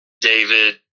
David